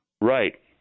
Right